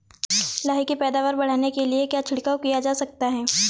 लाही की पैदावार बढ़ाने के लिए क्या छिड़काव किया जा सकता है?